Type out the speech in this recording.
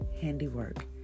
handiwork